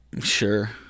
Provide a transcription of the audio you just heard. Sure